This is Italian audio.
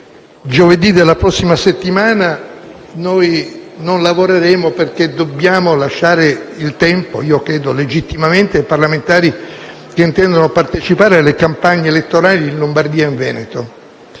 giovedì di questa settimana noi non lavoreremo, perché dobbiamo lasciare il tempo - io credo legittimamente - ai parlamentari che intendono partecipare alle campagne elettorali in Lombardia e in Veneto.